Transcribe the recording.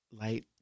light